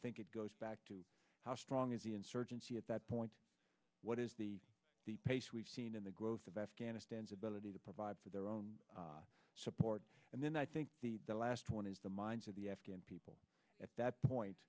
think it goes back to how strong is the insurgency at that point what is the the pace we've seen in the growth of afghanistan's ability to provide for their own support and then i think the last one is the minds of the afghan people at that point